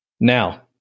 Now